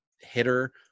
hitter